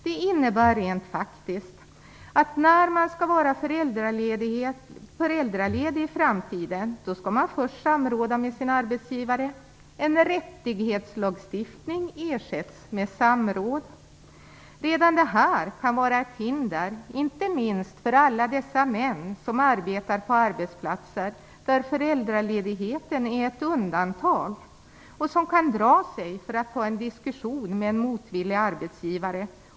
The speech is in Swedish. Det innebär att den som skall vara föräldraledig i framtiden skall samråda med sin arbetsgivare. En rättighetslagstiftning ersätts med samråd. Redan detta kan vara ett hinder, inte minst för alla dessa män som arbetar på arbetsplatser där föräldraledigheten är ett undantag och som kan dra sig för att ta en diskussion med en motvilliga arbetsgivare.